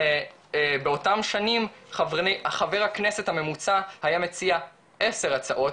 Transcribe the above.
באותם שנים חבר הכנסת הממוצע היה מציע 10 הצעות